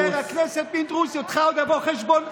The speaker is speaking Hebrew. חבר הכנסת פינדרוס, איתך עוד אבוא חשבון.